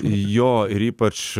jo ir ypač